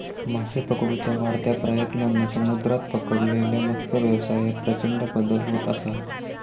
मासे पकडुच्या वाढत्या प्रयत्नांन समुद्रात पकडलेल्या मत्सव्यवसायात प्रचंड बदल होत असा